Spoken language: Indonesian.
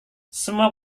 semua